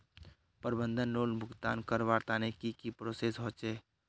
प्रबंधन लोन भुगतान करवार तने की की प्रोसेस होचे?